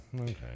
Okay